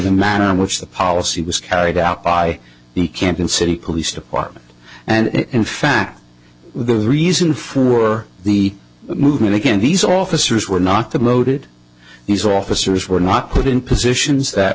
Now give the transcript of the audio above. the manner in which the policy was carried out by the campaign city police department and in fact the reason for the movement again these officers were not the moated these officers were not put in positions that